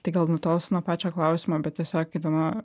tai gal nutols nuo pačio klausimo bet tiesiog įdomu